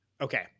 Okay